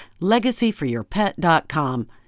LegacyForYourpet.com